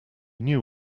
knew